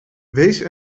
wees